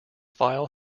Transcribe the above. file